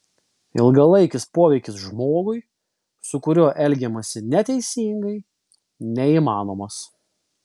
ilgalaikis poveikis žmogui su kuriuo elgiamasi neteisingai neįmanomas